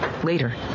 Later